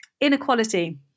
Inequality